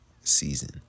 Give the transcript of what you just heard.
season